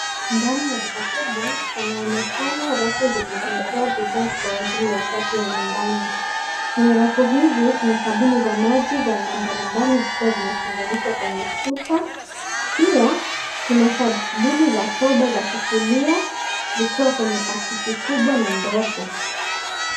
Ndani ya duka kubwa panaonekana rafu zilizojaa bidhaa kwa ajili ya usafi wa nyumbani. Kwenye rafu hizi, kuna sabuni za maji za aina mbalimbali zikiwa zimefunganizwa kwenye chupa. Pia, kuna sabuni za powder za kufulia zikiwa kwenye pakiti kubwa na ndogo.